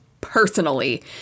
personally